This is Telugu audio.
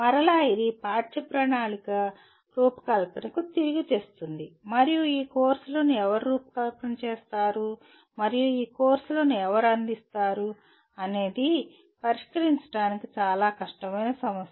మరలా ఇది పాఠ్య ప్రణాళిక రూపకల్పనకు తిరిగి తెస్తుంది మరియు ఈ కోర్సులను ఎవరు రూపకల్పన చేస్తారు మరియు ఈ కోర్సులను ఎవరు అందిస్తారు అనేది పరిష్కరించడానికి చాలా కష్టమైన సమస్య